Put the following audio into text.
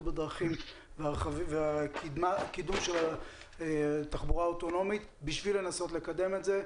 בדרכים והקידום של התחבורה האוטונומית כדי לנסות לקדם את זה.